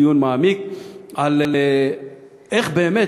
צריך לדון באמת דיון מעמיק איך באמת,